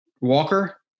Walker